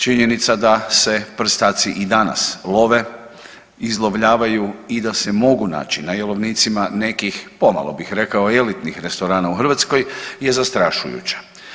Činjenica da se prstaci i danas love, izlovljavaju i da se mogu naći na jelovnicima nekih pomalo bih rekao i elitnih restorana u Hrvatskoj je zastrašujuća.